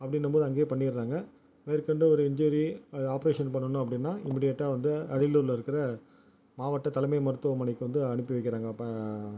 அப்படின்னும்போது அங்கேயே பண்ணிடறாங்க மேற்கொண்டு ஒரு இஞ்சூரி அதை ஆபரேஷன் பண்ணனும் அப்படின்னா இமிடியட்டாக வந்து அரியலூரில் இருக்கிற மாவட்ட தலைமை மருத்துவமனைக்கு வந்து அனுப்பி வைக்கிறாங்க அப்போ